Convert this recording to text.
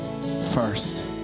first